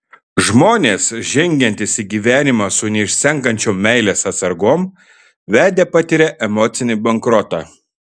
žmonės žengiantys į gyvenimą su neišsenkančiom meilės atsargom vedę patiria emocinį bankrotą